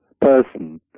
person